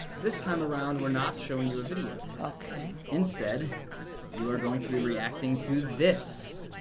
this time around, we're not showing you a video. okay. instead you are going to be reacting to this.